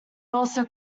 also